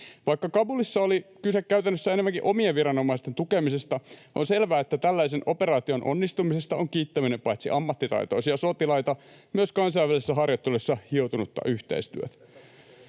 Vaikka Kabulissa oli kyse käytännössä enemmänkin omien viranomaisten tukemisesta, on selvää, että tällaisen operaation onnistumisesta on kiittäminen paitsi ammattitaitoisia sotilaita myös kansainvälisessä harjoittelussa hioutunutta yhteistyötä.